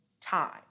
time